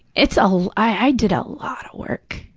it's a i did a lot of work.